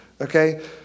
Okay